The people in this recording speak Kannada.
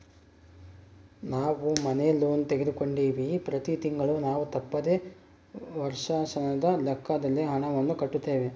ನಾವು ಮನೆ ಲೋನ್ ತೆಗೆದುಕೊಂಡಿವ್ವಿ, ಪ್ರತಿ ತಿಂಗಳು ನಾವು ತಪ್ಪದೆ ವರ್ಷಾಶನದ ಲೆಕ್ಕದಲ್ಲಿ ಹಣವನ್ನು ಕಟ್ಟುತ್ತೇವೆ